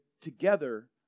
together